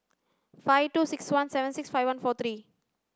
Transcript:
five two six one seven six five one four three